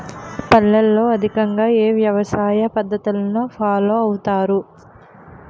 పల్లెల్లో అధికంగా ఏ వ్యవసాయ పద్ధతులను ఫాలో అవతారు?